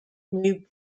new